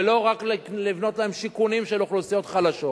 ולא רק לבנות להם שיכונים של אוכלוסיות חלשות,